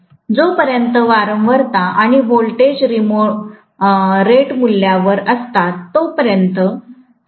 जो पर्यंत वारंवारता आणि व्होल्टेज रेटमूल्यावर असतात तो पर्यंत फ्लक्सरेटेड मूल्यावर जाईल